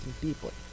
people